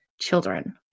Children